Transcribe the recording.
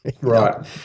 Right